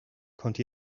konnte